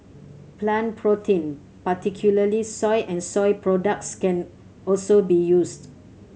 plant protein particularly soy and soy products can also be used